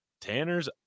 Tanners